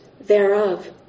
thereof